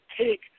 take